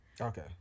Okay